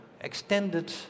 extended